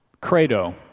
credo